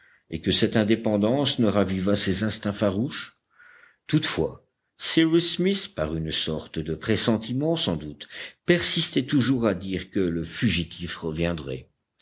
et que cette indépendance ne ravivât ses instincts farouches toutefois cyrus smith par une sorte de pressentiment sans doute persistait toujours à dire que le fugitif reviendrait